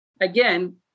again